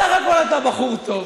סך הכול אתה בחור טוב.